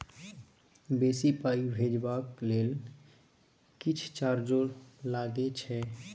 बेसी पाई भेजबाक लेल किछ चार्जो लागे छै?